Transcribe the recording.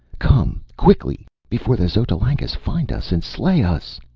come quickly, before the xotalancas find us and slay us!